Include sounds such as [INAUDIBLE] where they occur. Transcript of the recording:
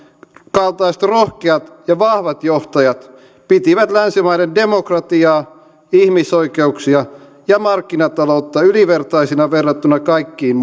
rohkeat ja vahvat johtajat pitivät länsimaiden demokratiaa ihmisoikeuksia ja markkinataloutta ylivertaisina verrattuna kaikkiin [UNINTELLIGIBLE]